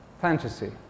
fantasy